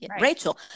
Rachel